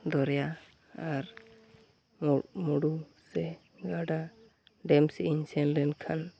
ᱫᱚᱨᱭᱟ ᱟᱨ ᱢᱩᱸᱰᱩ ᱥᱮ ᱜᱟᱰᱟ ᱰᱮᱢ ᱥᱮᱫᱤᱧ ᱥᱮᱱᱞᱮᱱ ᱠᱷᱟᱱ